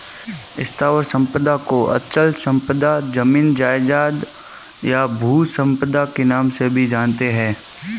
स्थावर संपदा को अचल संपदा, जमीन जायजाद, या भू संपदा के नाम से भी जानते हैं